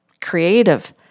creative